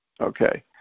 okay